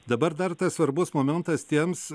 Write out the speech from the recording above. dabar dar tas svarbus momentas tiems